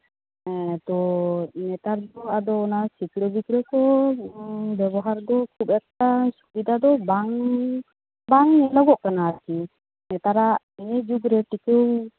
ᱦᱮᱸᱛᱚ ᱱᱮᱛᱟᱨ ᱫᱚ ᱟᱫᱚ ᱚᱱᱟ ᱥᱤᱠᱲᱟᱹᱼᱵᱤᱠᱲᱟᱹ ᱠᱚ ᱵᱮᱵᱚᱦᱟᱨ ᱫᱚ ᱠᱷᱩᱵᱽ ᱮᱠᱴᱟ ᱥᱩᱵᱤᱫᱟ ᱫᱚ ᱵᱟᱝ ᱵᱟᱝ ᱧᱮᱞᱚᱜᱚᱜ ᱠᱟᱱᱟ ᱟᱨᱠᱤ ᱱᱮᱛᱟᱨᱟᱜ ᱱᱤᱭᱟᱹ ᱡᱩᱜᱽᱨᱮ ᱴᱤᱠᱟᱹᱣ